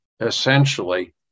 essentially